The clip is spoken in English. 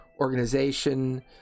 organization